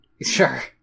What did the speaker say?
Sure